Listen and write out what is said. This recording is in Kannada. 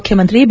ಮುಖ್ಯಮಂತ್ರಿ ಬಿ